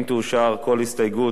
אם תאושר כל הסתייגות,